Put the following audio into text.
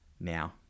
now